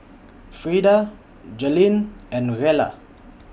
Frida Jalynn and Rella